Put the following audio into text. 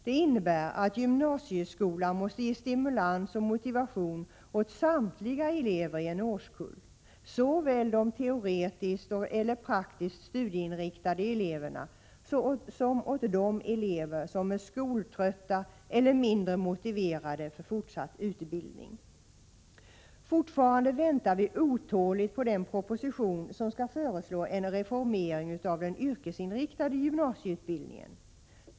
Det innebär att gymnasieskolan måste ge stimulans och motivation till samtliga elever i en årskull, såväl de teoretiskt eller praktiskt studieinriktade eleverna som de elever som är skoltrötta eller mindre motiverade för fortsatt utbildning. Fortfarande väntar vi otåligt på den proposition där en reformering av den yrkesinriktade gymnasieutbildningen skall föreslås.